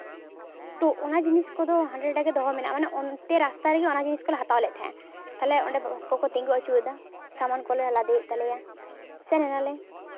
ᱛᱚ ᱚᱱᱟ ᱡᱤᱱᱤᱥ ᱠᱚᱫᱚ ᱦᱟᱸᱰᱮᱼᱱᱷᱟᱰᱮ ᱜᱮ ᱫᱚᱦᱚ ᱢᱮᱱᱟᱜᱼᱟ ᱢᱟᱱᱮ ᱚᱱᱛᱮ ᱨᱟᱥᱟᱛ ᱨᱮᱜᱮ ᱚᱱᱟ ᱡᱤᱱᱤᱥ ᱠᱚᱞᱮ ᱦᱟᱛᱟᱣ ᱞᱮᱫ ᱛᱟᱦᱮᱸᱜᱼᱟ ᱛᱟᱦᱚᱞᱮ ᱚᱸᱰᱮ ᱵᱟᱥ ᱠᱚᱠᱚ ᱛᱤᱸᱜᱩ ᱟᱪᱩᱨᱮᱫᱟ ᱥᱟᱢᱟᱱ ᱠᱚᱞᱮ ᱞᱟᱫᱮᱭᱮᱫ ᱛᱟᱞᱮᱭᱟ ᱥᱮᱱ ᱮᱱᱟᱞᱮ